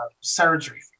surgery